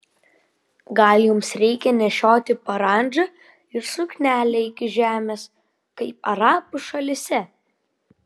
gal jums reikia nešioti parandžą ir suknelę iki žemės kaip arabų šalyse